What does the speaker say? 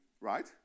right